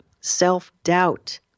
Self-doubt